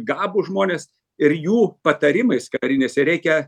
gabūs žmonės ir jų patarimais kariniais reikia